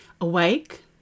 Awake